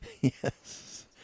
Yes